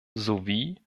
sowie